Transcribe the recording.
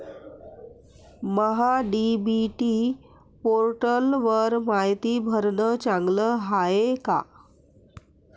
महा DBT पोर्टलवर मायती भरनं चांगलं हाये का?